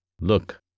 Look